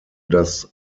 das